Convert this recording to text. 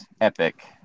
Epic